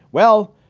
well,